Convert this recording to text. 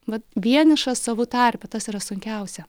vat vienišas savų tarpe tas yra sunkiausia